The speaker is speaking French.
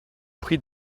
prie